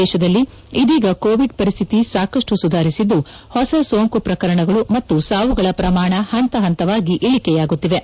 ದೇಶದಲ್ಲಿ ಇದೀಗ ಕೋವಿಡ್ ಪರಿಸ್ಡಿತಿ ಸಾಕಷ್ಟು ಸುಧಾರಸಿದ್ದು ಹೊಸ ಸೋಂಕು ಪ್ರಕರಣಗಳು ಮತ್ತು ಸಾವುಗಳ ಪ್ರಮಾಣ ಹಂತ ಹಂತವಾಗಿ ಇಳಿಕೆಯಾಗುತ್ತಿವೆ